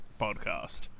podcast